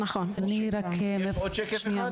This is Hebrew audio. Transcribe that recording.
וראינו אותם בהתחלה.